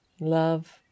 Love